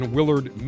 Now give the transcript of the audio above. Willard